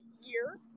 year